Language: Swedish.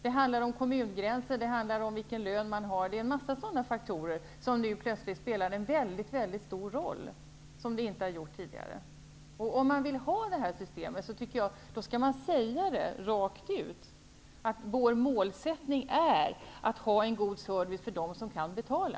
Det handlar om kommungränser, vilken lön man har och en massa sådana faktorer som plötsligt spelar en stor roll, som de inte gjort tidigare. Om man vill ha detta system tycker jag att man skall säga det rakt ut: Vår målsättning är att ha en god service för dem som kan betala.